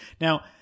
Now